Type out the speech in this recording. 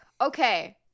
Okay